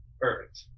Perfect